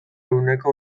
ehuneko